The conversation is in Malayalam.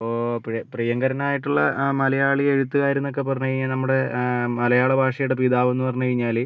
ഇപ്പോൾ പ്രിയ പ്രിയങ്കരനായിട്ടുള്ള മലയാളി എഴുത്തുകാർ എന്നൊക്കെ പറഞ്ഞു കഴിഞ്ഞാൽ നമ്മുടെ മലയാള ഭാഷയുടെ പിതാവെന്നു പറഞ്ഞു കഴിഞ്ഞാൽ